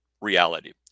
reality